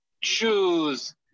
choose